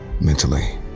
mentally